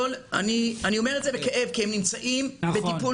אני אומר את זה בכאב כי הם נמצאים בטיפול